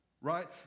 right